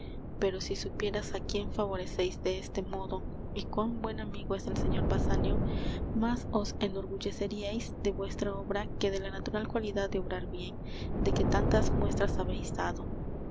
pero si supierais á quién favoreceis de este modo y cuán buen amigo es del señor basanio más os enorgulleceriais de vuestra obra que de la natural cualidad de obrar bien de que tantas muestras habeis dado